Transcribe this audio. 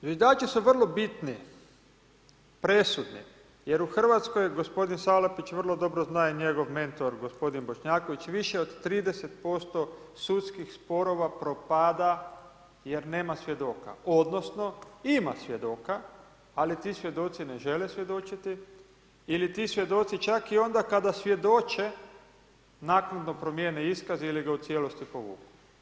Zviždači su vrlo bitni, presudni jer u Hrvatskoj, gospodin Salapić vrlo dobro zna i njegov mentor gospodin Bošnjaković, više od 30% sudskih sporova propada jer nema svjedoka odnosno ima svjedoka ali ti svjedoci ne žele svjedočiti ili ti svjedoci čak i onda kada svjedoče naknado promijene iskaz ili ga u cijelosti povuku.